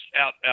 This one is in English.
out